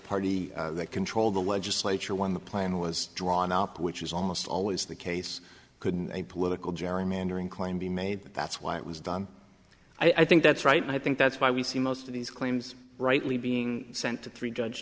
party that controlled the legislature when the plan was drawn up which is almost always the case couldn't a political gerrymandering claim be made that's why it was done i think that's right and i think that's why we see most of these claims rightly being sent to three judge